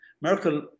Merkel